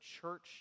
church